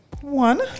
One